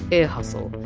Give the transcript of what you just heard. ear hustle,